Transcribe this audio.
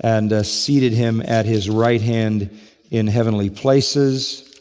and seated him at his right hand in heavenly places.